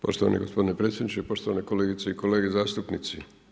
Poštovani gospodine predsjedniče, poštovane kolegice i kolege zastupnici.